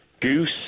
Goose